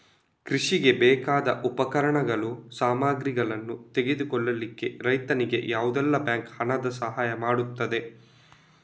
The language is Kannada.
ಕೃಷಿಗೆ ಬೇಕಾದ ಉಪಕರಣಗಳು, ಸಾಮಗ್ರಿಗಳನ್ನು ತೆಗೆದುಕೊಳ್ಳಿಕ್ಕೆ ರೈತನಿಗೆ ಯಾವುದೆಲ್ಲ ಬ್ಯಾಂಕ್ ಹಣದ್ದು ಸಹಾಯ ಮಾಡ್ತದೆ?